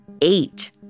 eight